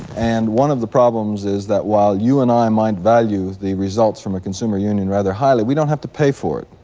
and one of the problems is that while you and i might value the results from a consumer union rather highly, we don't have to pay for it.